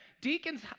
Deacons